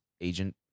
agent